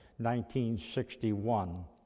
1961